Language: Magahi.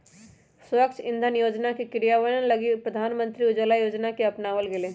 स्वच्छ इंधन योजना के क्रियान्वयन लगी प्रधानमंत्री उज्ज्वला योजना के अपनावल गैलय